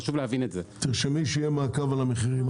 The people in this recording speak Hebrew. וחשוב להבין את זה --- תרשמי שיהיה מעקב אחר המחירים.